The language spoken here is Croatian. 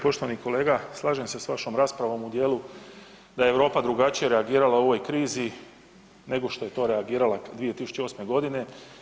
Poštovani kolega, slažem se s vašom raspravom u dijelu da je Europa drugačije reagirala u ovoj krizi nego što je to reagirala 2008.g.